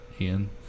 Ian